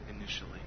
initially